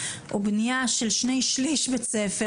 או בנייה של שני-שלישים בית ספר,